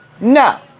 No